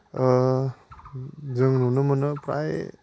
जों नुनो मोनो फ्राय